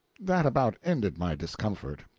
that about ended my discomfort.